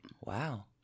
Wow